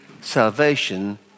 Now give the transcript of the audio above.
salvation